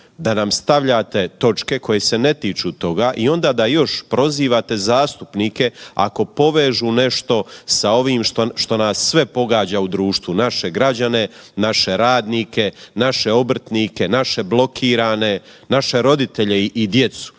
da nam stavljate točke koje se ne tiču toga i onda da još prozivate zastupnike ako povežu nešto sa ovim što nas sve pogađa u društvu, naše građane, naše radnike naše obrtnike, naše blokirane, naše roditelje i djecu.